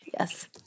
Yes